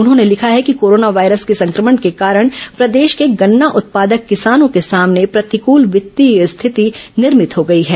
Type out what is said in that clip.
उन्होंने लिखा है कि कोरोना वायरस के संक्रमण के कारण प्रदेश के गन्ना उत्पादक किसानों के सामने प्रतिकूल वित्तीय स्थिति निर्मित हो गई है